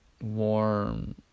warm